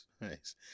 nice